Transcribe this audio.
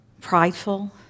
Prideful